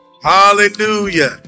Hallelujah